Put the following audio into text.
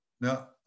Now